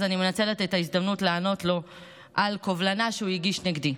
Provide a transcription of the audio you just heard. אז אני מנצלת את ההזדמנות לענות לו על קובלנה שהוא הגיש נגדי.